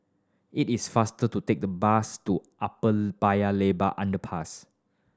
it is faster to take the bus to Upper Paya Lebar Underpass